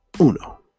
Uno